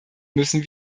müssen